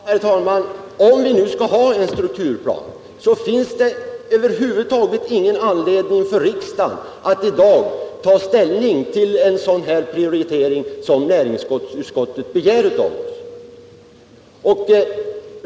Herr talman! Om vi skall ha en strukturplan, finns det över huvud taget ingen anledning för riksdagen att i dag ta ställning till en sådan prioritering som utskottet begär av oss.